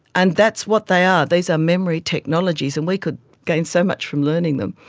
and that's what they are, these are memory technologies, and we could gain so much from learning them.